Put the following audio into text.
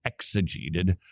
exegeted